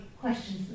questions